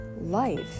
life